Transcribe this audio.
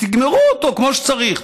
תגמרו אותו כמו שצריך.